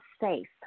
safe